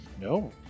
No